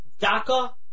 DACA